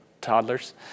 toddlers